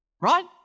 Right